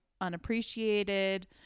unappreciated